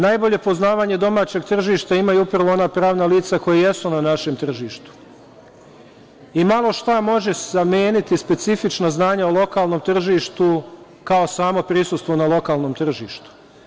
Najbolje poznavanje domaćeg tržišta imaju upravo ona pravna lica koja jesu na našem tržištu i malo šta može zameniti specifična znanja o lokalnom tržištu, kao samo prisustvo na lokalnom tržištu.